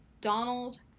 Donald